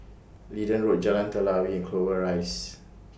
Leedon Road Jalan Telawi Clover Rise